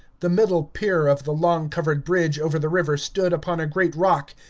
the middle pier of the long covered bridge over the river stood upon a great rock,